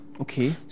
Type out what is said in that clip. Okay